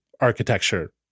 architecture